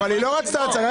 אבל היא לא רצתה הצהרה.